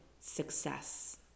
success